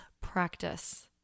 practice